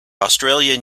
australian